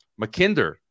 mckinder